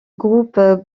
groupe